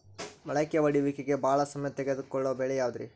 ಮೊಳಕೆ ಒಡೆಯುವಿಕೆಗೆ ಭಾಳ ಸಮಯ ತೊಗೊಳ್ಳೋ ಬೆಳೆ ಯಾವುದ್ರೇ?